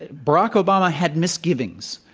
barack obama had misgivings.